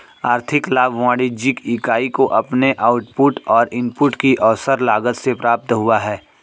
आर्थिक लाभ वाणिज्यिक इकाई को अपने आउटपुट और इनपुट की अवसर लागत से प्राप्त हुआ है